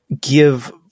give